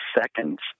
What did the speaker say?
seconds